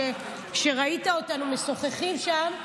שראית אותנו משוחחים שם.